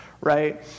Right